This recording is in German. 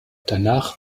danach